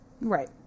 Right